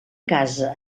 casa